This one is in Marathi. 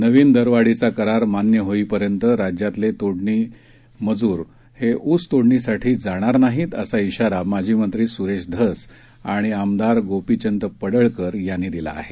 नवीन दरवाढीचा करार मान्य होईपर्यंत राज्यातले तोडणी मजूर ऊस तोडणीसाठी जाणार नाहीत असा शिवारा माजी मंत्री सुरेश धस आणि आमदार गोपीचंद पडळकर यानी दिला आहे